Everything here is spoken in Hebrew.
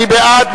מי בעד?